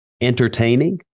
entertaining